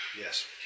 Yes